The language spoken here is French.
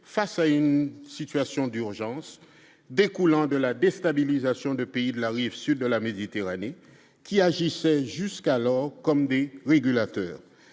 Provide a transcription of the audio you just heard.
face à une situation d'urgence découlant de la déstabilisation de pays de la rive sud de la Méditerranée qui agissait jusqu'alors comme B régulateurs